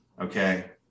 Okay